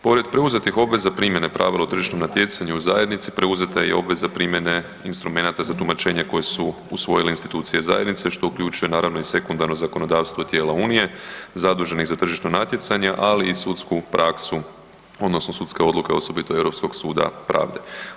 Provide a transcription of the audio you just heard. Pored preuzetih obveza primjene pravila u tržišnom natjecanju u zajednici, preuzeta je i obveza primjene instrumenata za tumačenje koje su usvojili institucije zajednice što uključuje naravno i sekundarno zakonodavstvo i tijela Unije, zaduženih za tržišno natjecanje ali i sudsku praksu odnosno sudske odluke osobito Europskog suda pravde.